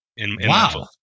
Wow